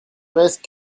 reste